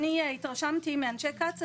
אני התרשמתי מאנשי קצא"א,